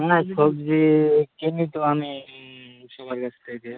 না সবজি কিনি তো আমি শোবাজার থেকে